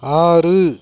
ஆறு